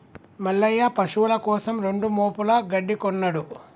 మల్లయ్య పశువుల కోసం రెండు మోపుల గడ్డి కొన్నడు